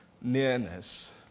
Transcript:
nearness